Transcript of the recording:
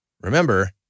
Remember